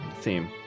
theme